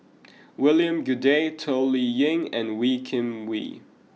William Goode Toh Liying and Wee Kim Wee